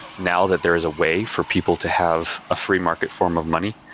now that there is a way for people to have a free-market form of money,